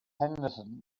henderson